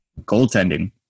goaltending